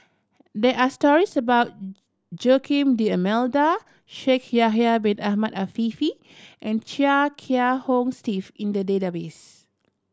there are stories about Joaquim D'Almeida Shaikh Yahya Bin Ahmed Afifi and Chia Kiah Hong Steve in the database